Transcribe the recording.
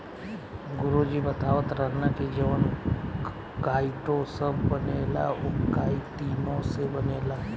गुरु जी बतावत रहलन की जवन काइटो सभ बनेला उ काइतीने से बनेला